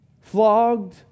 flogged